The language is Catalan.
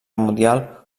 mundial